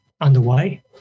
underway